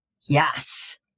yes